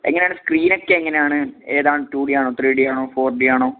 എങ്ങനെയാണ് സ്ക്രീനൊക്കെ എങ്ങനെയാണ് ഏതാണ് ടു ഡിയാണോ ത്രീ ഡിയാണോ ഫോർ ഡിയാണോ